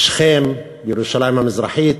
בשכם, בירושלים המזרחית,